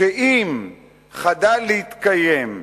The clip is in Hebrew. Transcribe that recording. שאם חדל להתקיים,